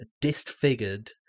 disfigured